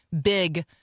big